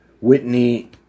Whitney